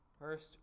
first